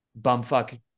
bumfuck